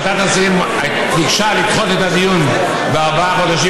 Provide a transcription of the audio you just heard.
ועדת השרים ביקשה לדחות את הדיון בארבעה חודשים